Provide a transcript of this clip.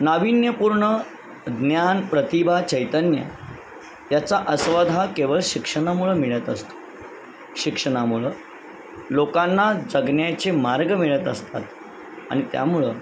नाविन्यपूर्ण ज्ञान प्रतिभा चैतन्य याचा आस्वाद हा केवळ शिक्षणामुळं मिळत असतो शिक्षणामुळं लोकांना जगण्याचे मार्ग मिळत असतात आणि त्यामुळं